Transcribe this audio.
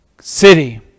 city